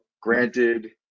granted